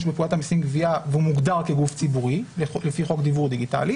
בפקודת המסים (גבייה) ומוגדר כגוף ציבורי לפי חוק דיוור דיגיטלי